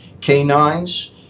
canines